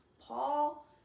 Paul